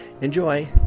enjoy